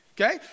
Okay